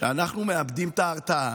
שאנחנו מאבדים את ההרתעה.